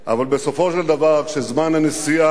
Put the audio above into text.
אבל בסופו של דבר כשזמן הנסיעה